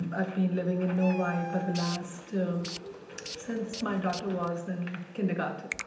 i've been living in novi for the last, since my daughter was in kindergarten.